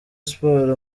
sports